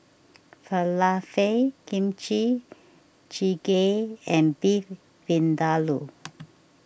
Falafel Kimchi Jjigae and Beef Vindaloo